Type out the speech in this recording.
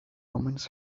omens